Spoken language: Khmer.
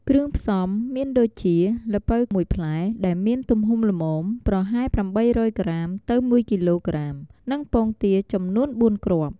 គ្រឿងផ្សំមានដូចជា ល្ពៅ ១ ផ្លែ ដែលមានទំហំល្មម ប្រហែល ៨០០ ក្រាម ទៅ ១ គីឡូក្រាម និងពងទា ចំនួន៤គ្រាប់។